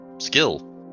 skill